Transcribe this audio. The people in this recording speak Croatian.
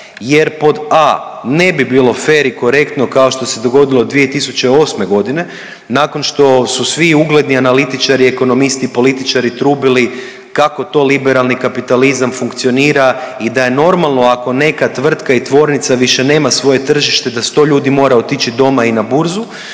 jer pod a) ne bi bilo fer i korektno, kao što se dogodilo 2008. g. nakon što su svi ugledni analitičari, ekonomisti, političari trubili kako to liberalni kapitalizam funkcionira i da je normalno, ako neka tvrtka i tvornica više nema svoje tržište, da 100 ljudi mora otići doma i na burzu